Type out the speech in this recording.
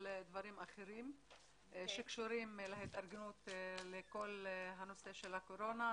דברים אחרים שקשורים להתארגנות בכול הנושא של הקורונה.